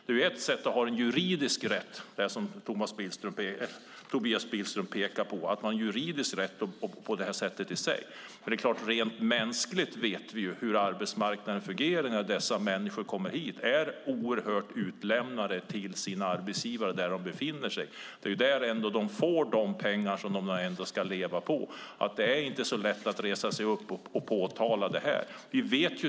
Det är en sak att ha en juridisk rätt, som Tobias Billström pekar på. Men vi vet hur arbetsmarknaden fungerar rent mänskligt. När dessa människor kommer hit är de oerhört utlämnade till sin arbetsgivare där de befinner sig. Det är där de får de pengar som de ska leva på. Då är det inte så lätt att resa sig upp och påtala missförhållanden.